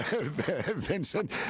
Vincent